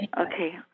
okay